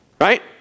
Right